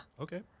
Okay